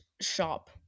shop